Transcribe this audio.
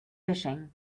fishing